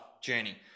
journey